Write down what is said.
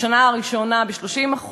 בשנה הראשונה ב-30%,